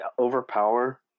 overpower